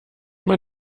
man